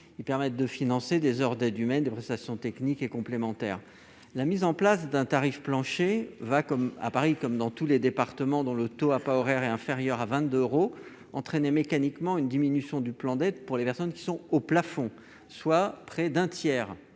Ils permettent de financer des heures d'aide humaine, des prestations techniques et complémentaires. La mise en place d'un tarif plancher va, comme à Paris et dans tous les départements dont le taux APA horaire est inférieur à 22 euros, entraîner mécaniquement une diminution du plan d'aide pour les personnes au plafond, soit près d'un tiers